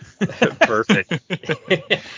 Perfect